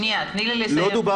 תני לו לסיים.